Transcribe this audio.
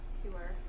pure